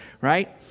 right